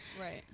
right